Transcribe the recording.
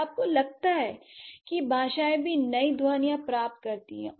क्या आपको लगता है कि भाषाएं भी नई ध्वनियाँ प्राप्त करती हैं